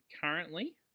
currently